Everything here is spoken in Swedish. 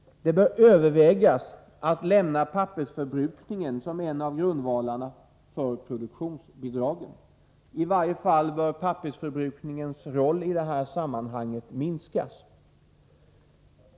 Det bör övervägas att lämna pappersförbrukningen som en av grundvalarna för produktionsbidraget. I varje fall bör pappersförbrukningens roll i det här sammanhanget minskas.